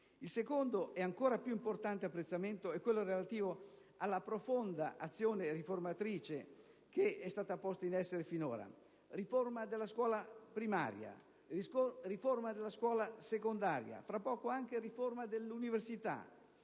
Il secondo ed ancora più importante apprezzamento è quello relativo alla profonda azione riformatrice posta in essere finora: riforma della scuola primaria, riforma della scuola secondaria, tra poco anche riforma dell'università;